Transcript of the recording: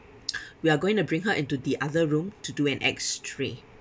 we are going to bring her into the other room to do an X ray